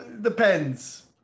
depends